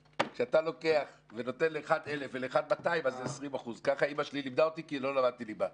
כשאתה נותן לאחד 1,000 ולאחד 200 זה 20%. כך אימא שלי לימדה אותי כי לא למדתי ליבה.